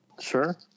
Sure